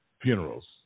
funerals